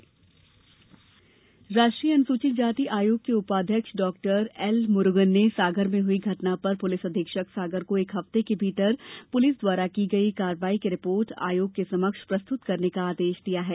SC आयोग राष्ट्रीय अनुसूचित जाति आयोग के उपाध्यक्ष डॉ एल मुरूगन ने सागर में हुई घटना पर पुलिस अधीक्षक सागर को एक हफ्ते के भीतर पुलिस द्वारा की गई कार्यवाही की रिपोर्ट आयोग के समक्ष प्रस्तुत करने का आदेश दिया है